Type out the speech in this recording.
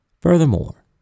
Furthermore